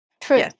true